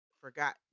forgot